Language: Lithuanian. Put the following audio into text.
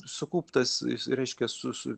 sukauptas jis reiškia su su